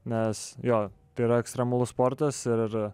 nes jo tai yra ekstremalus sportas ir